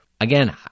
Again